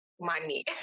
money